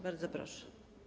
Bardzo proszę.